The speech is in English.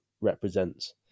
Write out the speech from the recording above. represents